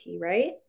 right